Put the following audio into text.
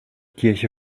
kirche